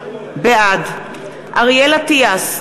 בעד אריאל אטיאס,